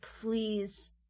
please